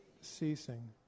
ceasing